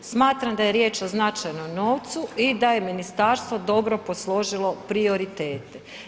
Smatram da je riječ o značajnom novcu i da je ministarstvo dobro posložilo prioritete.